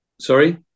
Sorry